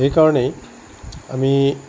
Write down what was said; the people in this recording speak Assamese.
সেইকাৰণেই আমি